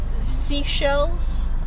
seashells